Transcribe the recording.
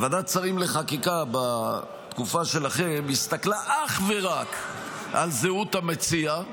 ועדת השרים לחקיקה בתקופה שלכם הסתכלה אך ורק על זהות המציע,